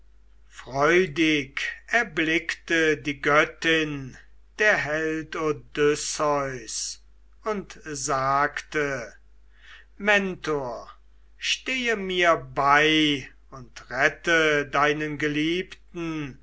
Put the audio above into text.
freudig erblickte die göttin der held odysseus und sagte mentor stehe mir bei und rette deinen geliebten